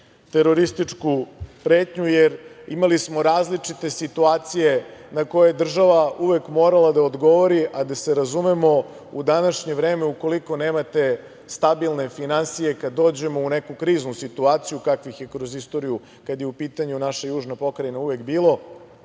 terorističku pretnju, jer imali smo različite situacije na koje država uvek morala da odgovori, a da se razumemo, u današnje vreme ukoliko nemate stabilne finansije kada dođemo u neku kriznu situaciju kakvih je kroz istoriju, kada je u pitanju naša južna pokrajina uvek bilo,